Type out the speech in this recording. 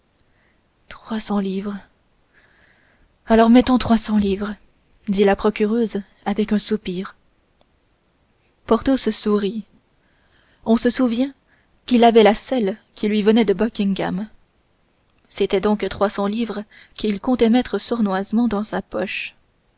trois cents livres alors mettons trois cents livres dit la procureuse avec un soupir porthos sourit on se souvient qu'il avait la selle qui lui venait de buckingham c'était donc trois cents livres qu'il comptait mettre sournoisement dans sa poche